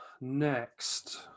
Next